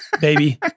baby